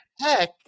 heck